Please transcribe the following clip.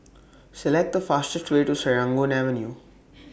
Select The fastest Way to Serangoon Avenue